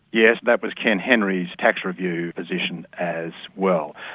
yes, that was ken henry's tax review position as well.